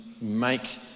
make